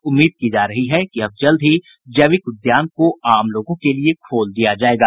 उम्मीद की जा रही है कि अब जल्द ही जैविक उद्यान को आम लोगों के लिये खोल दिया जायेगा